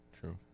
True